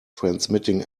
transmitting